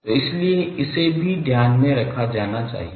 तो इसीलिए इसे भी ध्यान में रखा जाना चाहिए